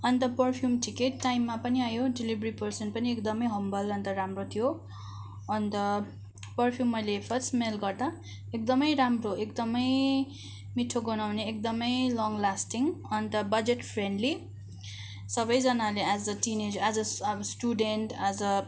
अन्त पर्फियुम ठिकैको टाइममा पनि आयो डेलिभरी पर्सन पनि एकदमै हम्बल अन्त राम्रो पनि थियो अन्त पर्फियुम मैले फर्स्ट स्मेल गर्दा एकदमै राम्रो एकदमै मिठो गनाउने एकदमै long lasting and budget friendly सबैजनाले as a teen as a student as a